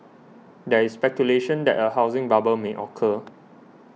there is speculation that a housing bubble may occur